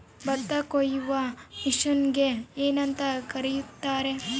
ಭತ್ತ ಕೊಯ್ಯುವ ಮಿಷನ್ನಿಗೆ ಏನಂತ ಕರೆಯುತ್ತಾರೆ?